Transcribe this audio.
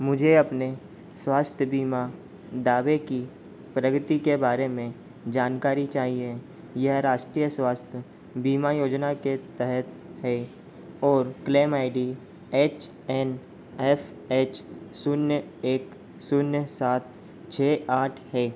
मुझे अपने स्वास्थ्य बीमा दावे की प्रगति के बारे में जानकारी चाहिए यह राष्ट्रीय स्वास्थ्य बीमा योजना के तहत है और claim I D H N F H शून्य एक शून्य सात छः आठ है